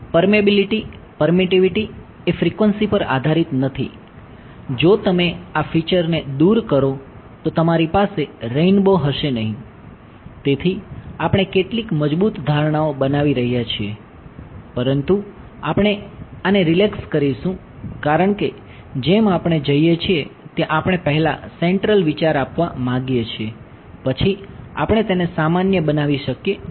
permeability permittivity એ frequency પર આધારિત નથી જો તમે આ ફીચર વિચાર આપવા માંગીએ છીએ પછી આપણે તેને સામાન્ય બનાવી શકીએ છીએ